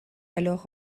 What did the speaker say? alors